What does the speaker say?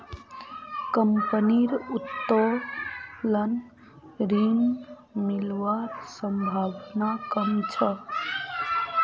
कंपनीर उत्तोलन ऋण मिलवार संभावना कम छ